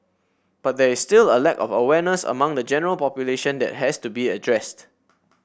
but there is still a lack of awareness among the general population that has to be addressed